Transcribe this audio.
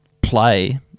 play